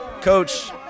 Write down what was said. coach